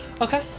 okay